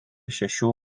šešių